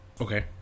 Okay